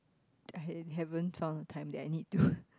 I had haven't found a time that I need to